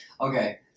okay